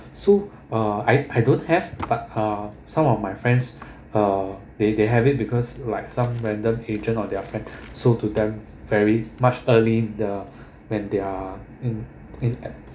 so uh I I don't have but uh some of my friends uh they they have it because like some random agent or their friend sold to them very much early the when they are in in app~